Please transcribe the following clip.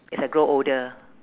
as I grow older